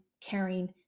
caring